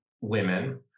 women